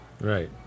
Right